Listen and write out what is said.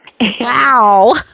Wow